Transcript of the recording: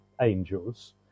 angels